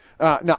now